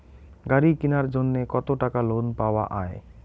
গাড়ি কিনার জন্যে কতো টাকা লোন পাওয়া য়ায়?